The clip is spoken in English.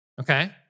Okay